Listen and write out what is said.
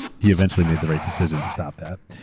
he eventually made the right decision to stop that.